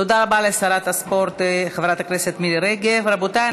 תודה רבה לשרת הספורט חברת הכנסת מירי רגב.